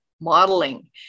modeling